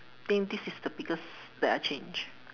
think this is the biggest that I change